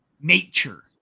Nature